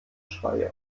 schrei